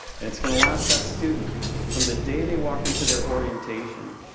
and it's gonna last that student from the day they walk into their orientation